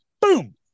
Boom